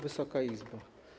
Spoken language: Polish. Wysoka Izbo!